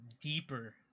deeper